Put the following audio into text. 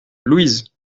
louise